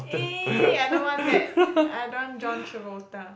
eh I don't want that I don't want John Travolta